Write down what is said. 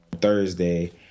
Thursday